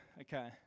okay